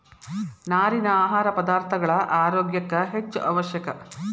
ನಾರಿನ ಆಹಾರ ಪದಾರ್ಥಗಳ ಆರೋಗ್ಯ ಕ್ಕ ಹೆಚ್ಚು ಅವಶ್ಯಕ